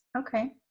Okay